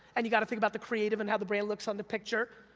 and you gotta think about the creative, and how the brand looks on the picture,